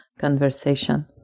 conversation